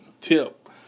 Tip